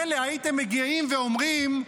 מילא הייתם מגיעים ואומרים: